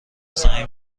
زنگ